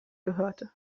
gehörte